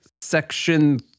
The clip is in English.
Section